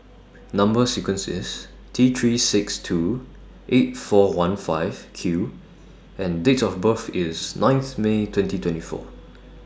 Number sequence IS T three six two eight four one five Q and Date of birth IS ninth May twenty twenty four